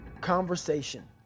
conversation